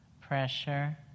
pressure